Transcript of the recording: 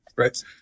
Right